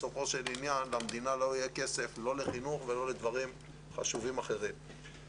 בסופו של עניין למדינה לא יהיה כסף לא לחינוך ולא לדברים חשובים אחרים.